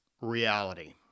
reality